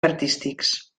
artístics